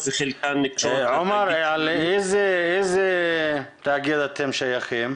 עומר, לאיזה תאגיד אתם שייכים?